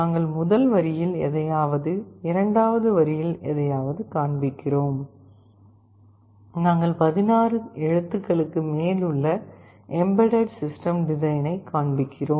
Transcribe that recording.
நாங்கள் முதல் வரியில் எதையாவது இரண்டாவது வரியில் எதையாவது காண்பிக்கிறோம் நாங்கள் 16 எழுத்துக்களுக்கு மேல் உள்ள எம்பெட்டட் சிஸ்டம் டிசைன் ஐக் காண்பிக்கிறோம்